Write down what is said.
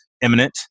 imminent